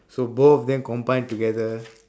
so both of them combine together